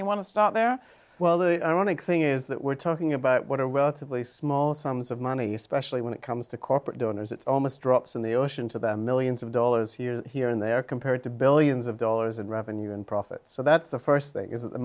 you want to stop there well lou i want to thing is that we're talking about what are relatively small sums of money especially when it comes to corporate donors it's almost drops in the ocean to the millions of dollars you hear in there compared to billions of dollars in revenue and profit so that's the st thing is that the